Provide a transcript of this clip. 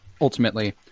ultimately